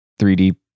3D